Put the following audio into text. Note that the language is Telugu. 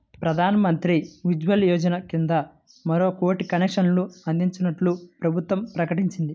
ప్రధాన్ మంత్రి ఉజ్వల యోజన కింద మరో కోటి కనెక్షన్లు అందించనున్నట్లు ప్రభుత్వం ప్రకటించింది